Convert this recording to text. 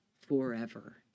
forever